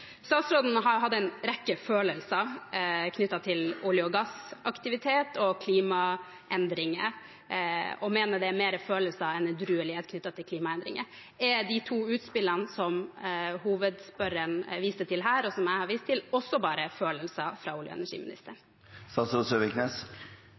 Statsråden har hatt en rekke følelser knyttet til olje- og gassaktivitet og klimaendringer og mener det er mer følelser enn edruelighet knyttet til klimaendringer. Er de to utspillene som hovedspørreren viste til her, og som jeg har vist til, også bare følelser fra olje- og energiministeren?